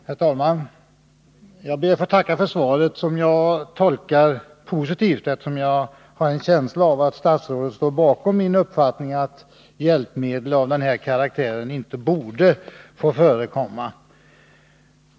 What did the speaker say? Herr talman! Jag ber att få tacka för svaret som jag tolkar positivt, eftersom jag har en känsla av att statsrådet delar min uppfattning att hjälpmedel av denna karaktär inte borde få förekomma.